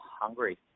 hungry